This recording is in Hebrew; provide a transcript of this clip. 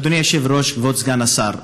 אדוני היושב-ראש, כבוד סגן השר,